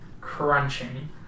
crunching